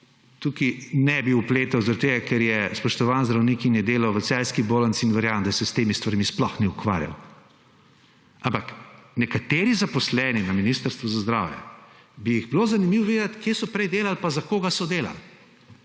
tukaj ne bi vpletal, zaradi tega ker je spoštovan zdravnik, delal je v celjski bolnici in verjamem, da se s temi stvarmi sploh ni ukvarjal. Ampak o nekaterih zaposlenih na Ministrstvu za zdravje bi bilo zanimivo vedeti, kje so prej delali in za koga so delali.